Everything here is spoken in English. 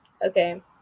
Okay